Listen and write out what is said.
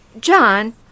John